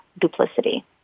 duplicity